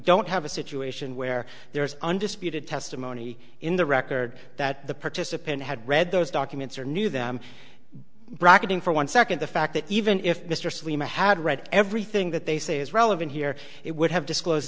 don't have a situation where there is undisputed testimony in the record that the participant had read those documents or knew them bracketing for one second the fact that even if mr salema had read everything that they say is relevant here it would have disclose